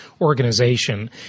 organization